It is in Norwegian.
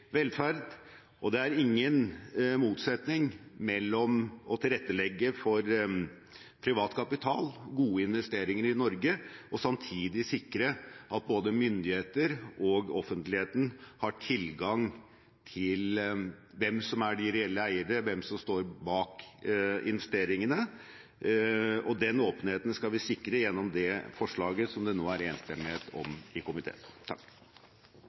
og det er ingen motsetning mellom å tilrettelegge for privat kapital og gode investeringer i Norge og samtidig sikre at både myndigheter og offentligheten har tilgang til hvem som er de reelle eiere, og hvem som står bak investeringene. Den åpenheten skal vi sikre gjennom det forslaget som det nå er enstemmighet om i komiteen.